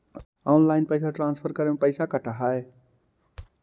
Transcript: Online पैसा transfer करे में पैसा कटा है?